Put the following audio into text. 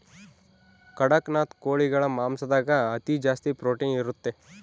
ಕಡಖ್ನಾಥ್ ಕೋಳಿಗಳ ಮಾಂಸದಾಗ ಅತಿ ಜಾಸ್ತಿ ಪ್ರೊಟೀನ್ ಇರುತ್ತೆ